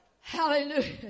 hallelujah